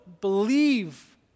believe